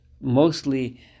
mostly